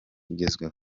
ugezweho